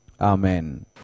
Amen